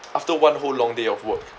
after one whole long day of work